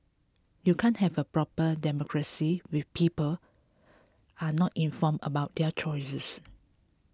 you can't have a proper democracy when people are not informed about their choices